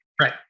Right